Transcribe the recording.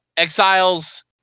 Exiles